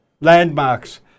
Landmarks